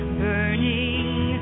burning